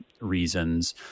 reasons